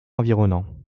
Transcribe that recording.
environnants